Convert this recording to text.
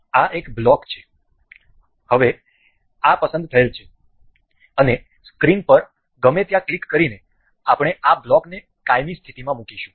આ એક બ્લોક છે આ હવે પસંદ થયેલ છે અને સ્ક્રીન પર ગમે ત્યાં ક્લિક કરીને આપણે આ બ્લોકને કાયમી સ્થિતિમાં મૂકીશું